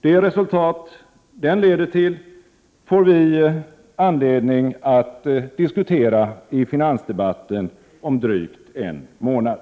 Det resultat som den leder till får vi anledning att diskutera i finansdebatten om drygt en månad.